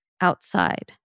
outside